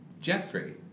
Jeffrey